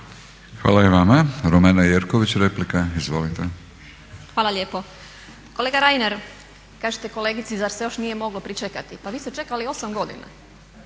Hvala i vama. Romana Jerković replika, izvolite. **Jerković, Romana (SDP)** Hvala lijepo. Kolega Reiner, kažete kolegici zar se još nije moglo pričekati, pa vi ste čekali 8 godina,